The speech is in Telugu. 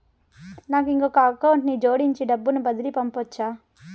నాకు ఇంకొక అకౌంట్ ని జోడించి డబ్బును బదిలీ పంపొచ్చా?